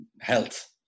health